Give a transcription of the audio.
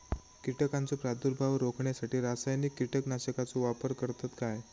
कीटकांचो प्रादुर्भाव रोखण्यासाठी रासायनिक कीटकनाशकाचो वापर करतत काय?